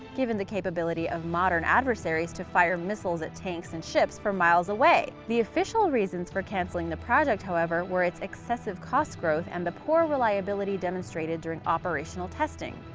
given the capability of modern adversaries to fire missiles at tanks and ships from miles away. the official reasons for canceling the project, however, were its excessive cost growth and the poor reliability demonstrated during operational testing.